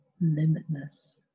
limitless